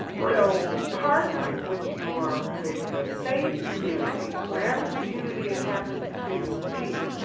so partnering with your the the faith community, whatever community it happens to be,